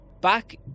Back